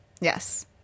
Yes